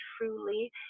truly